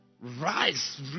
rice